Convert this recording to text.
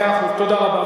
מאה אחוז, תודה רבה.